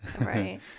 right